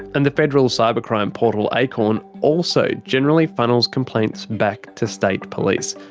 and the federal cyber crime portal, acorn, also generally funnels complaints back to state police,